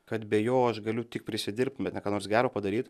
kad be jo aš galiu tik prisidirbt bet ne ką nors gero padaryt